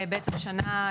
שסורבו באותה שנה,